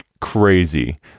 crazy